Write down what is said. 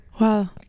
Wow